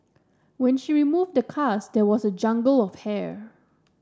when she removed the cast there was a jungle of hair